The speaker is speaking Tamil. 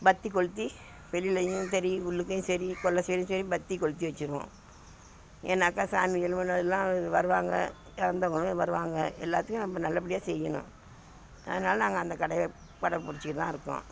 பத்தி கொளுத்தி வெளிலேயும் செரி உள்ளுக்கையும் சரி கொல்லை சைடும் சரி பத்தி கொளுத்தி வெச்சிடுவோம் ஏன்னாக்க சாமிகள் முன்னோர்கள்லாம் வருவாங்க இறந்தவங்களும் வருவாங்க எல்லாத்தையும் நம்ம நல்லபடியாக செய்யணும் அதனால் நாங்கள் அந்த கடைப் கடைப்புடிச்சிக்கிட்டு தான் இருக்கோம்